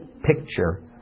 picture